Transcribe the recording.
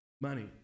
money